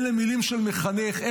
אלה מילים של מחנך.